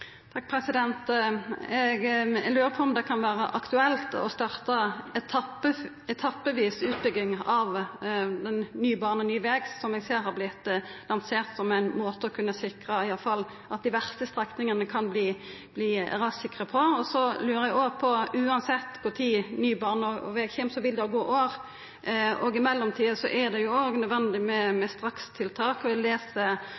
Eg lurar på om det kan vera aktuelt å starta etappevis utbygging av ny bane og ny veg, som eg ser har vorte lansert som ein måte å kunna sikra at iallfall dei verste strekningane kan verta rassikre på. Eg lurar òg på: Uansett kva tid ny bane og veg kjem, vil det gå år, og i mellomtida er det òg nødvendig med strakstiltak. Eg les